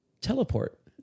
Teleport